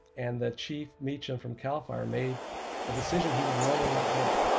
and the chief mecham from cal fire made a decision he would normally not make.